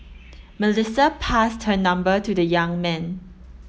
Melissa passed her number to the young man